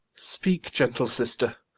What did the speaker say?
speak, gentle sister,